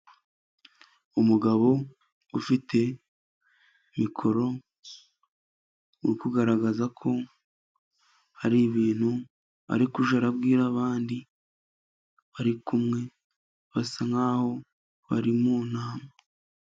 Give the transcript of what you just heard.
Umugabo ufite mikoro, urikugaragaza ko hari ibintu arikuja arabwira abandi barikumwe, basa nkaho bari mu nama.